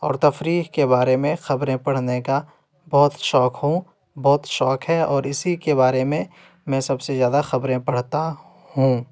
اور تفریح کے بارے میں خبریں پڑھنے کا بہت شوق ہوں بہت شوق ہے اور اسی کے بارے میں میں سب سے زیادہ خبریں پڑھتا ہوں